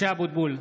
(קורא בשמות חברי הכנסת) משה אבוטבול,